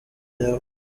yabaye